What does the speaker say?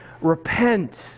repent